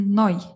noi